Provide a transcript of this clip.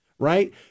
Right